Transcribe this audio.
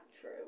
true